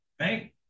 right